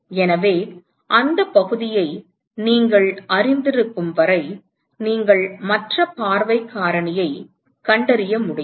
எனவே அந்த பகுதியை நீங்கள் அறிந்திருக்கும் வரை நீங்கள் மற்ற பார்வை காரணியைக் கண்டறிய முடியும்